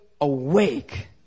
awake